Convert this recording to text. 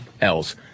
else